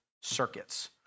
circuits